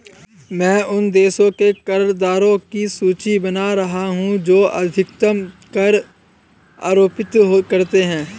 मैं उन देशों के कर दरों की सूची बना रहा हूं जो अधिकतम कर आरोपित करते हैं